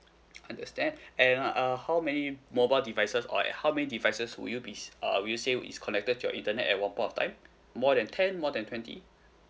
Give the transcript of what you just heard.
understand and err how many mobile devices or how many devices would you be err would you say is connected to your internet at one point of time more than ten more than twenty